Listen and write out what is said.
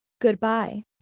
goodbye